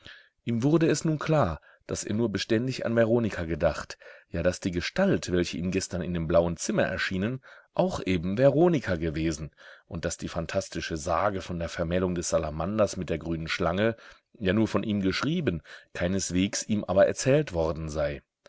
ihm wurde es nun klar daß er nur beständig an veronika gedacht ja daß die gestalt welche ihm gestern in dem blauen zimmer erschienen auch eben veronika gewesen und daß die phantastische sage von der vermählung des salamanders mit der grünen schlange ja nur von ihm geschrieben keineswegs ihm aber erzählt worden sei